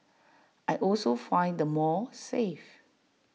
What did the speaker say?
I also find the mall safe